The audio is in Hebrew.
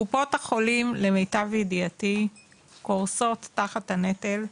קופות החולים למיטב ידיעתי קורסות תחת הנטל,